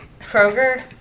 Kroger